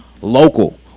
local